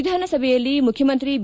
ವಿಧಾನಸಭೆಯಲ್ಲಿ ಮುಖ್ಯಮಂತ್ರಿ ಬಿ